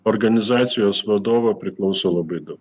organizacijos vadovo priklauso labai daug